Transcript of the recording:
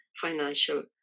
financial